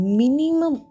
minimum